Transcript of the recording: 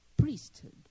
priesthood